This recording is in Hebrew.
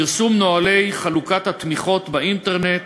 פרסום נוהלי חלוקת התמיכות באינטרנט